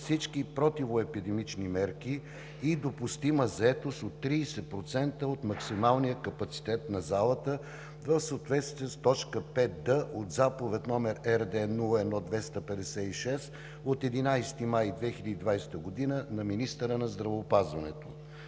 всички противоепидемични мерки и допустима заетост от 30% от максималния капацитет на залата, в съответствие с т. 5д от Заповед № РД-01-256/11.05.2020 г. на министъра на здравеопазването.